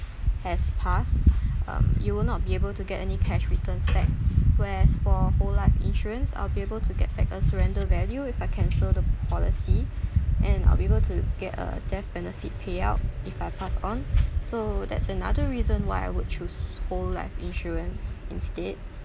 has passed um you will not be able to get any cash returns back whereas for a whole life insurance I'll be able to get back a surrender value if I cancel the policy and I'll be able to get a death benefit payout if I passed on so that's another reason why I would choose whole life insurance instead